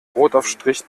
brotaufstrich